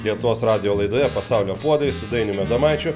lietuvos radijo laidoje pasaulio puodai su dainium adomaičiu